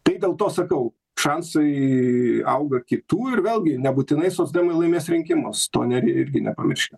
tai dėl to sakau šansai auga kitų ir vėlgi nebūtinai socdemai laimės rinkimus to ne irgi nepamirškim